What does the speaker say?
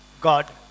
God